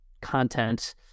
content